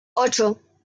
ocho